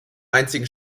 einzigen